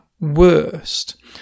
worst